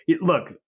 look